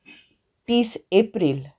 तीस एप्रील